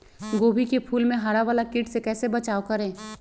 गोभी के फूल मे हरा वाला कीट से कैसे बचाब करें?